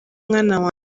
mwana